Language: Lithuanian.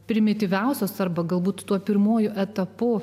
primityviausios arba galbūt tuo pirmuoju etapu